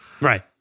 Right